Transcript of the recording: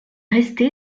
resté